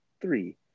three